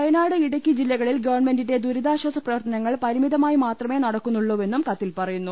വയനാട് ഇടുക്കി ജില്ലകളിൽ ഗവൺമെന്റിന്റെ ദുരുതാശ്വാസ പ്രവർത്തനങ്ങൾ പരിമിതമായി മാത്രമെ നടക്കുന്നുള്ളൂവെന്നും കത്തിൽ പറയുന്നു